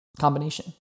combination